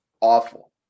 awful